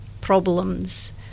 problems